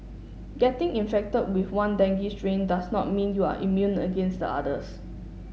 getting infected with one dengue strain does not mean you are immune against the others